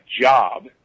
job